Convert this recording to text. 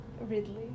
ridley